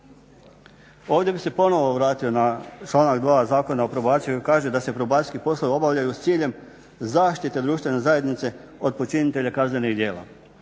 Ovdje bih se ponovo vratio na članak 2. Zakona o probaciji koji kaže da se probacijski poslovi obavljaju s ciljem zaštite društvene zajednice od počinitelja kaznenih djela.